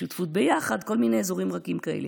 שותפות ביחד, כל מיני אזורים רכים כאלה.